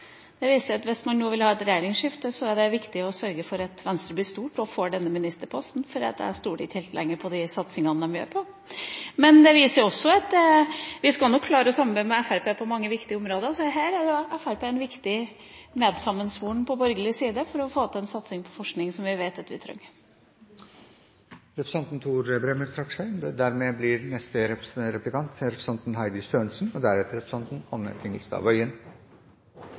Det viser hvor viktig det er å stemme Venstre hvis man er opptatt av forskning. Det viser at hvis man nå vil ha et regjeringsskifte, er det viktig å sørge for at Venstre blir stort og får denne ministerposten, for jeg stoler ikke lenger helt på de satsingene Høyre gjør. Det viser også at vi nok skal klare å samarbeide med Fremskrittspartiet på mange viktige områder. Så her er da Fremskrittspartiet en viktig medsammensvoren på borgerlig side for å få til en satsing på forskning som vi vet vi trenger. Representanten